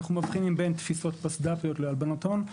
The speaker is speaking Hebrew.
אנחנו מבחינים בין תפיסות פסד"פיות להלבנות הון.